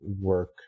work